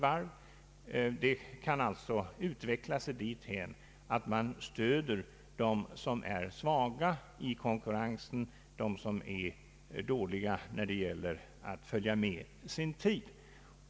Det hela kan alltså utveckla sig dithän att staten stöder dem som är svaga i konkurrensen och dåligt kan följa med sin tid.